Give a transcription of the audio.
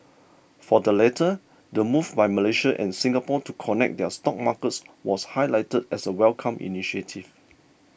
for the latter the move by Malaysia and Singapore to connect their stock markets was highlighted as a welcomed initiative